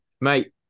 mate